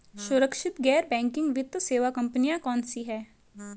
सुरक्षित गैर बैंकिंग वित्त सेवा कंपनियां कौनसी हैं?